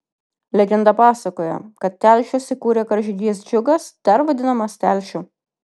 legenda pasakoja kad telšius įkūrė karžygys džiugas dar vadinamas telšiu